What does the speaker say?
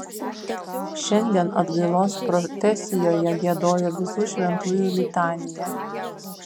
šiandien atgailos profesijoje giedojo visų šventųjų litaniją